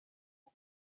nko